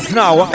now